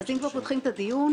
אם כבר פותחים את הדיון,